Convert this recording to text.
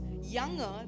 younger